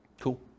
Cool